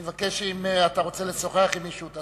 אם אתה רוצה לשוחח עם מישהו, אתה